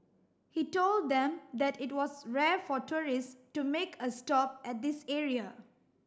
he told them that it was rare for tourist to make a stop at this area